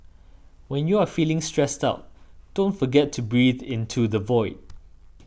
when you are feeling stressed out don't forget to breathe into the void